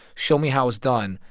show me how it's done.